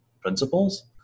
principles